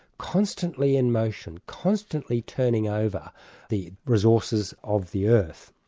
constantly in motion, constantly turning over the resources of the earth.